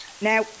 Now